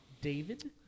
David